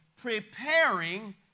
preparing